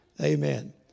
Amen